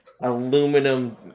aluminum